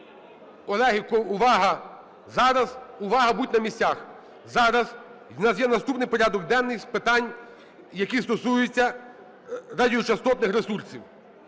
Колеги, увага! Зараз… Увага! Будьте на місцях! Зараз у нас наступний порядок денний з питань, які стосуються радіочастотних ресурсів.